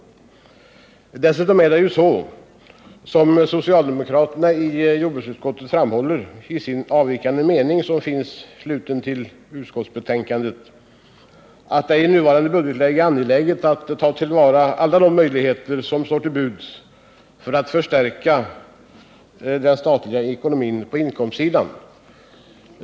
Dessutom är det, som socialdemokraterna i jordbruksutskottet framhåller i den avvikande mening de fogat till jordbruksutskottets yttrande, i nuvarande budgetläge angeläget att ta till vara alla de möjligheter som står till buds för att förstärka den statliga ekonomin på inkomstsidan.